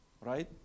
Right